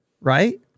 right